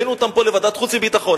הבאנו אותם פה לוועדת חוץ וביטחון.